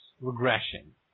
regression